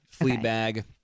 Fleabag